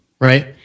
right